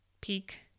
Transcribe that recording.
peak